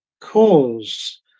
cause